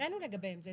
הקראנו לגבי זה,